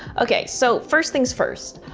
okay, so first thing's first.